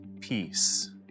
peace